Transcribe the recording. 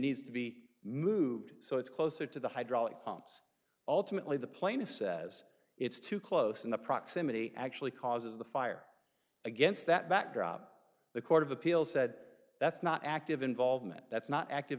needs to be moved so it's closer to the hydraulic pumps ultimately the plane if says it's too close and the proximity actually causes the fire against that backdrop the court of appeals said that's not active involvement that's not active